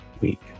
week